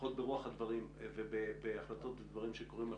לפחות מבחינת רוח הדברים וההחלטות לגבי הדברים שקורים עכשיו.